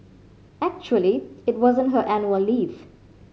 actually it wasn't her annual leave